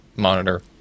monitor